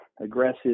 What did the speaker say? aggressive